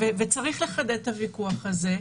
וצריך לחדד את הוויכוח הזה.